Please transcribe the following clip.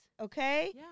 Okay